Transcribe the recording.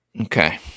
Okay